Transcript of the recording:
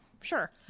sure